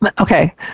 okay